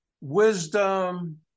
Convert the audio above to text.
wisdom